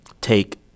take